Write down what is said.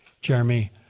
Jeremy